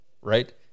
right